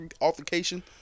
altercation